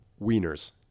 wieners